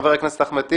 חבר הכנסת אחמד טיבי,